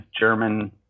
German